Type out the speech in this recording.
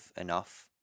enough